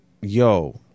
yo